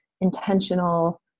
intentional